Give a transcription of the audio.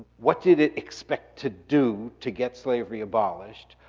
what did it expect to do to get slavery abolished,